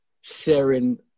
sharing